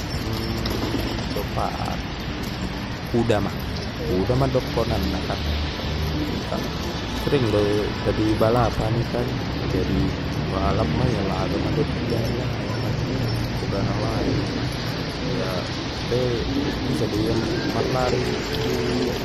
copat kuda ma dokonanna kan, i kan sering do jadi balapani kan jadi balap ma ia laga ma dot kuda na lain kan dot kuda na lain i kan ia pe bisa dei ia marlari